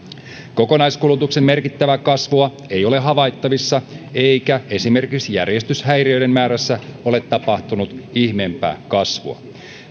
kokonaiskulutuksen merkittävää kasvua ei ole havaittavissa eikä esimerkiksi järjestyshäiriöiden määrässä ole tapahtunut ihmeempää kasvua